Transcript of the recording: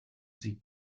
sie